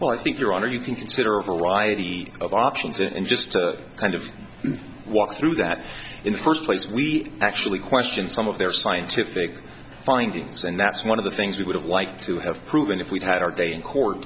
but i think your honor you can consider a variety of options and just kind of walk through that in the first place we actually question some of their scientific findings and that's one of the things we would have liked to have proven if we had our day in court